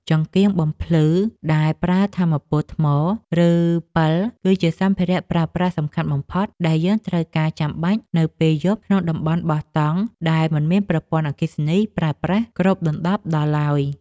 ចង្កៀងបំភ្លឺដែលប្រើថាមពលថ្ម ឬ ពិលគឺជាសម្ភារៈប្រើប្រាស់សំខាន់បំផុតដែលយើងត្រូវការចាំបាច់នៅពេលយប់ក្នុងតំបន់បោះតង់ដែលមិនមានប្រព័ន្ធអគ្គិសនីប្រើប្រាស់គ្របដណ្ដប់ដល់ឡើយ។